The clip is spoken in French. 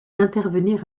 intervenir